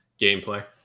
gameplay